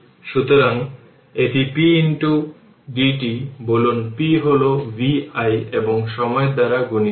সুতরাং এটি p dt বলুন p হল v i এবং সময়ের দ্বারা গুণিত